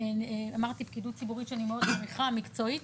אמרתי פקידות ציבורית שאני מאוד מעריכה מקצועית,